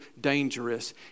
dangerous